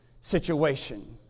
situation